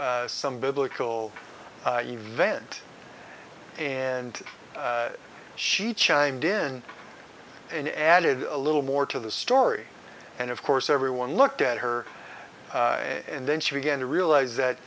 some biblical event and she chimed in and added a little more to the story and of course everyone looked at her and then she began to realize that